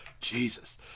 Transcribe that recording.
Jesus